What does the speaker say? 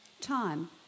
Time